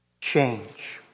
change